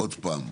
עוד פעם,